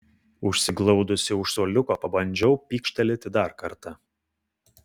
užsiglaudusi už suoliuko pabandžiau pykštelėti dar kartą